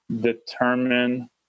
determine